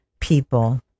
people